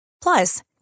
Plus